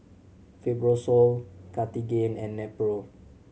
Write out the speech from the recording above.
Fibrosol Cartigain and Nepro